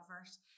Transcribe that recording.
verse